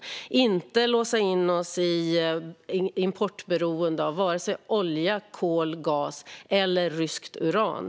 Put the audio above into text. Vi ska inte låsa in oss och bli beroende av import av vare sig olja, kol, gas eller ryskt uran.